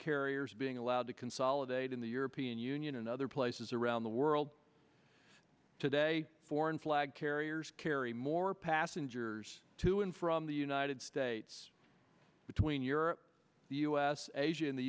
carriers being allowed to consolidate in the european union and other places around the world today foreign flag carriers carry more passengers to and from the united states between europe the us asia and the